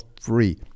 free